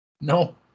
No